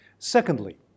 Secondly